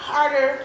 Harder